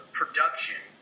production